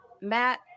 Matt